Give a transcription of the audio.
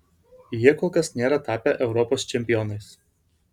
jie kol kas nėra tapę europos čempionais